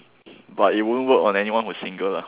but it won't work on anyone who is single